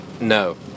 no